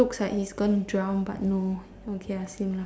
look like he is gonna drown but no okay lah same lah